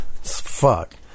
Fuck